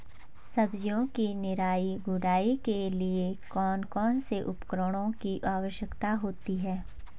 सब्जियों की निराई गुड़ाई के लिए कौन कौन से उपकरणों की आवश्यकता होती है?